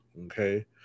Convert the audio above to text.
okay